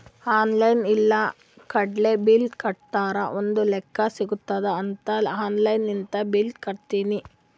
online ಇಲ್ಲ ಕಾರ್ಡ್ಲೆ bill ಕಟ್ಟುರ್ ಒಂದ್ ಲೆಕ್ಕಾ ಸಿಗತ್ತುದ್ ಅಂತ್ ಆನ್ಲೈನ್ ಲಿಂತೆ ಬಿಲ್ ಕಟ್ಟತ್ತಿನಿ